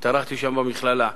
התארחתי שם במכללה.